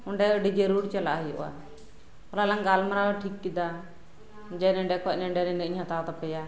ᱚᱸᱰᱮ ᱟᱹᱰᱤ ᱡᱟᱹᱨᱩᱲ ᱪᱟᱞᱟᱜ ᱦᱩᱭᱩᱜᱼᱟ ᱦᱚᱞᱟ ᱞᱟᱝ ᱜᱟᱞᱢᱟᱨᱟᱣ ᱴᱷᱤᱠ ᱠᱮᱫᱟ ᱡᱮ ᱱᱚᱸᱰᱮ ᱠᱷᱚᱱ ᱱᱚᱸᱰᱮ ᱱᱤᱱᱟᱹᱜ ᱤᱧ ᱦᱟᱛᱟᱣ ᱛᱟᱯᱮᱭᱟ